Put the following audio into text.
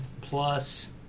plus